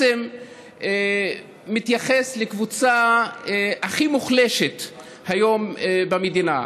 שמתייחס לקבוצה הכי מוחלשת היום במדינה.